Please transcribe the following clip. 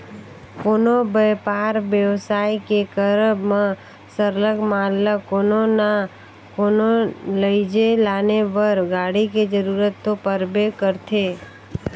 कोनो बयपार बेवसाय के करब म सरलग माल ल कोनो ना कोनो लइजे लाने बर गाड़ी के जरूरत तो परबे करथे